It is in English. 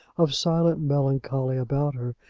of silent melancholy about her,